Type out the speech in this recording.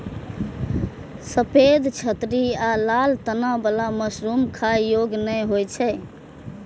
सफेद छतरी आ लाल तना बला मशरूम खाइ योग्य नै होइ छै